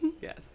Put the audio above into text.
Yes